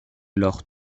alors